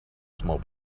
small